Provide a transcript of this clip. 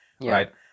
right